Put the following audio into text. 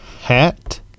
Hat